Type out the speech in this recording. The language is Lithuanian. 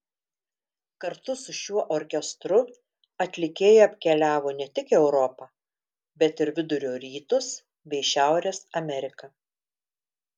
kartu su šiuo orkestru atlikėja apkeliavo ne tik europą bet ir vidurio rytus bei šiaurės ameriką